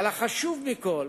אבל החשוב מכול,